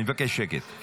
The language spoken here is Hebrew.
אני מבקש שקט.